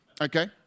Okay